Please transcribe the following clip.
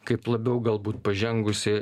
kaip labiau galbūt pažengusi